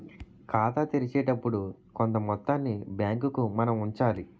ఖాతా తెరిచేటప్పుడు కొంత మొత్తాన్ని బ్యాంకుకు మనం ఉంచాలి